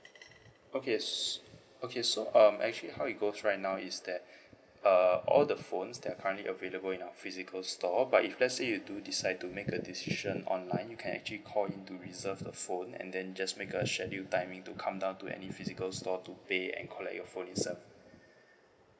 okay s~ okay so um actually how it goes right now is that uh all the phones that are currently available in our physical store but if let's say you do decide to make a decision online you can actually call in to reserve the phone and then just make a scheduled timing to come down to any physical store to pay and collect your phone itself